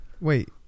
wait